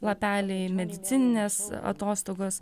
lapeliai medicininės atostogos